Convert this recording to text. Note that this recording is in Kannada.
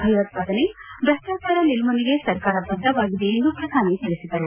ಭಯೋತ್ವಾದನೆ ಭ್ರಷ್ಲಾಚಾರ ನಿರ್ಮೂಲನೆಗೆ ಸರ್ಕಾರ ಬದ್ದವಾಗಿದೆ ಎಂದು ಪ್ರಧಾನಿ ತಿಳಿಸಿದರು